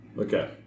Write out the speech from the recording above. Okay